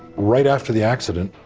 right after the accident,